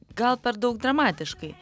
gal per daug dramatiškai